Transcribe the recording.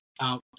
out